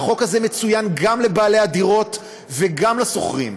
והחוק הזה מצוין גם לבעלי הדירות וגם לשוכרים,